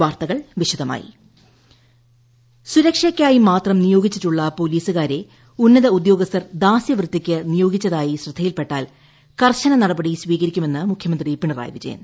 ടടടടടടടടടടടടടടടട മുഖ്യമന്ത്രി നിയമസഭ സുരക്ഷയ്ക്കായി മാത്രം നിയോഗിച്ചിട്ടുള്ള പോലീസുകാരെ ഉന്നത ഉദ്യോഗസ്ഥർ ദാസ്യവൃത്തിക്ക് നിയോഗിച്ചതായി ശ്രദ്ധയിൽപ്പെട്ടാൽ കർശന നടപടി സ്വീകരിക്കുമെന്ന് മുഖ്യമന്ത്രി പിണറായി വിജയൻ